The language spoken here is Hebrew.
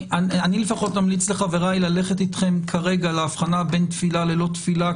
אני לפחות אמליץ לחבריי ללכת אתכם כרגע להבחנה בין תפילה ללא תפילה,